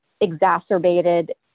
exacerbated